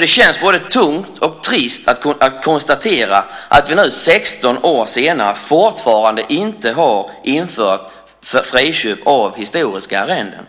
Det känns både tungt och trist att konstatera att vi nu 16 år senare fortfarande inte har infört friköp av historiska arrenden.